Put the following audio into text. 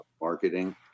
marketing